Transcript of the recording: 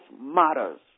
matters